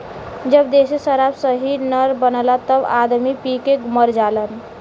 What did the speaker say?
जब देशी शराब सही न बनला तब आदमी पी के मर जालन